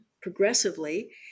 progressively